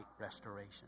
restoration